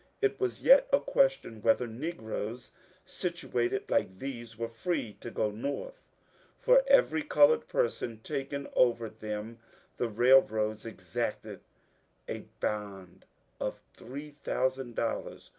it was yet a question whether negroes situated like these were free to go north for every coloured person taken over them the railroads exacted a bond of three thousand dollars,